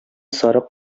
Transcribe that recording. сарык